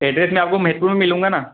address मैं आपको metro में मिलूँगा ना